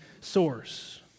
source